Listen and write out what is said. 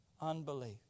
unbelief